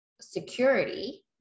security